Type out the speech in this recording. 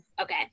Okay